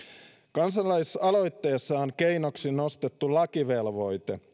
kansalaisaloitteessa on keinoksi nostettu lakivelvoite